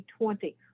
2020